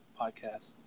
podcast